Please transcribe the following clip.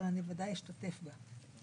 אבל בוודאי אשתתף בה.